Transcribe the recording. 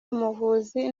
umuvuzi